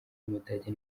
w’umudage